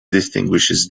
distinguishes